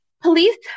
police